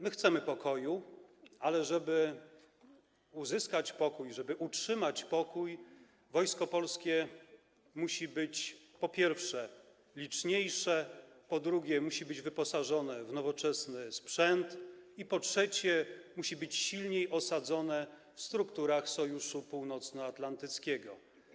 My chcemy pokoju, ale żeby uzyskać pokój, żeby utrzymać pokój, Wojsko Polskie musi być, po pierwsze, liczniejsze, po drugie, musi być wyposażone w nowoczesny sprzęt i, po trzecie, musi być silniej osadzone w strukturach Sojuszu Północnoatlantyckiego.